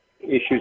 issues